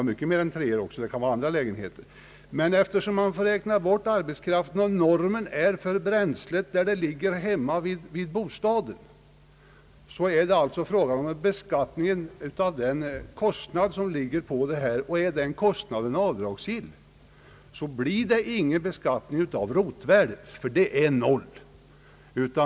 Det kan proportionsvis också gälla större bostäder än trerummare. Eftersom man får dra av kostnaden för arbetskraften och normen gäller för bränslet fritt vid bostaden är det således en beskattning av kostnaden för såväl skog som arbete. Är kostnaden för arbetet avdragsgill blir det ingen beskattning av rotvärdet, ty det är noll.